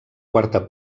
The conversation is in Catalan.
quarta